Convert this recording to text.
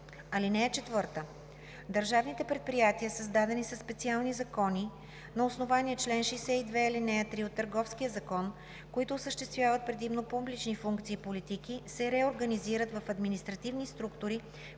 закон. (4) Държавните предприятия, създадени със специални закони на основание чл. 62, ал. 3 от Търговския закон, които осъществяват предимно публични функции и политики, се реорганизират в административни структури